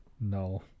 No